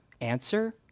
Answer